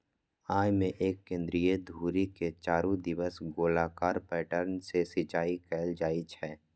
अय मे एक केंद्रीय धुरी के चारू दिस गोलाकार पैटर्न सं सिंचाइ कैल जाइ छै